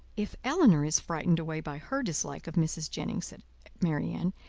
if elinor is frightened away by her dislike of mrs. jennings, said marianne,